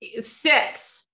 six